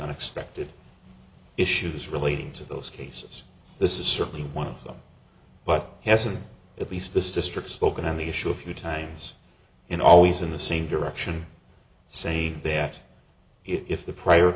unexpected issues relating to those cases this is certainly one of them but hasn't at least this district spoken on the issue a few times in always in the scene direction say that if the prior